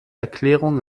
erklärung